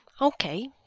Okay